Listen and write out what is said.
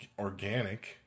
organic